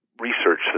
research